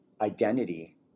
identity